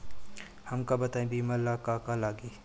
हमका बताई बीमा ला का का लागी?